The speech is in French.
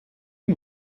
une